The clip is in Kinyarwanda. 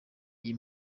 iyi